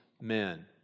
men